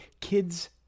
kids